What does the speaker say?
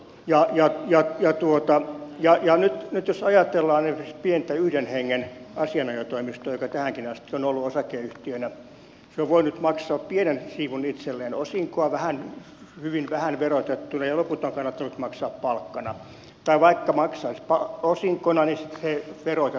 ja jos ja turkka ja ja nyt jos ajatellaan esimerkiksi pientä yhden hengen asianajotoimistoa joka tähänkin asti on ollut osakeyhtiönä se on voinut maksaa pienen siivun itselleen osinkoa hyvin vähän verotettuna ja loput on kannattanut maksaa palkkana tai vaikka maksaisi osinkona sitten se verotetaan ansiotulona